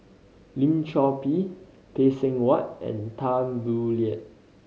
Lim Chor Pee Phay Seng Whatt and Tan Boo Liat